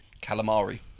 Calamari